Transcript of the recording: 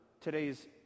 today's